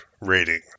rating